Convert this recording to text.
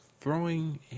throwing